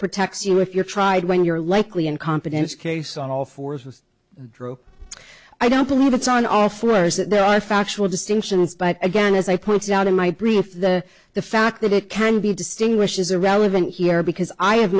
protects you if you're tried when you're likely in competence case on all fours with drew i don't believe it's on all fours that there are factual distinctions but again as i pointed out in my brief the the fact that it can be distinguished is irrelevant here because i have